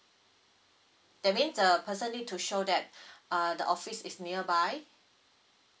that means the person need to show that uh the office is nearby